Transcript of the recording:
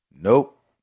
Nope